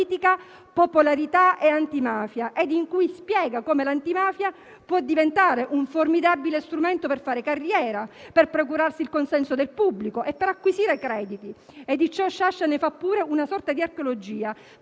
politica, popolarità e antimafia, in cui spiegò come l'antimafia può diventare un formidabile strumento per fare carriera, procurarsi il consenso del pubblico e acquisire crediti. Di ciò Sciascia fa anche una sorta di archeologia,